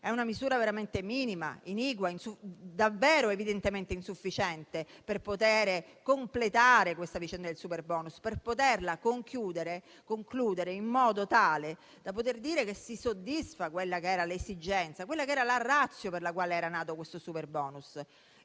È una misura veramente minima, iniqua, davvero evidentemente insufficiente per poter completare la vicenda del superbonus e per poterla concludere in modo tale da poter dire che si soddisfa l'esigenza, la *ratio* per la quale era nato il superbonus.